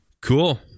Cool